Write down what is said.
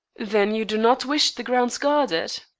then you do not wish the grounds guarded,